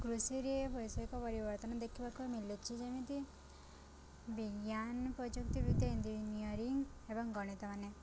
କୃଷିରେ ବୈଷୟିକ ପରିବର୍ତ୍ତନ ଦେଖିବାକୁ ମିଲୁଛି ଯେମିତି ବିଜ୍ଞାନ ପ୍ରଯୁକ୍ତିବିଦ୍ୟା ଇଞ୍ଜିନିୟରିଂ ଏବଂ ଗଣିତମାନେ